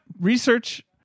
research